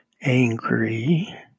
angry